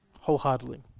wholeheartedly